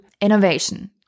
innovation